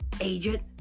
agent